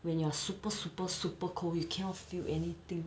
when you're super super super cold you cannot feel anything